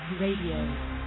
Radio